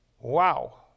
Wow